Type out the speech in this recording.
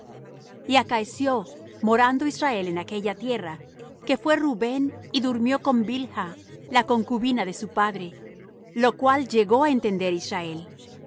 y acaeció morando israel en aquella tierra que fué rubén y durmió con bilha la concubina de su padre lo cual llegó á entender israel